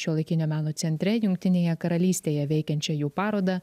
šiuolaikinio meno centre jungtinėje karalystėje veikiančią jų parodą